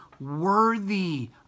worthy